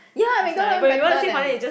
ya McDonald even better than